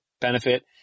benefit